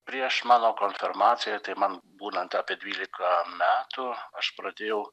prieš mano konfirmaciją tai man būnant apie dvylika metų aš pradėjau